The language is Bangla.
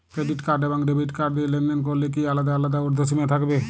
ক্রেডিট কার্ড এবং ডেবিট কার্ড দিয়ে লেনদেন করলে কি আলাদা আলাদা ঊর্ধ্বসীমা থাকবে?